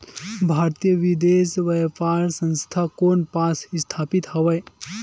भारतीय विदेश व्यापार संस्था कोन पास स्थापित हवएं?